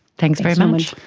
thanks very much.